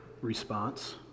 response